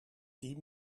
team